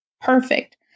perfect